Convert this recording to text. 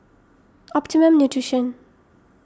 Optimum Nutrition